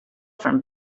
from